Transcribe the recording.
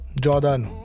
Jordan